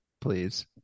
Please